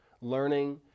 Learning